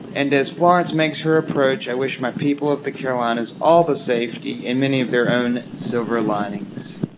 and as florence makes her approach, i wish my people of the carolinas all the safety and many of their own silver linings